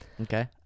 Okay